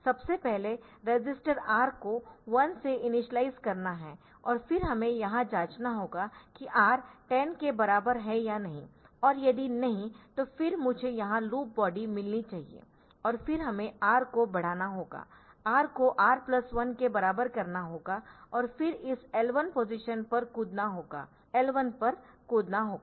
सबसे पहले register R को 1 से इनिशियलाइज़ करना है और फिर हमें यहाँ जांचना होगा कि R 10 के बराबर है या नहीं और यदि नहीं तो फिर मुझे यहाँ लूप बॉडी मिलनी चाहिए और फिर हमें R को बढ़ाना होगा R को R प्लस 1 के बराबर करना होगा और फिर इस L1 पोजीशन पर कूदना होगा L1 पर कूदना होगा